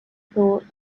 thought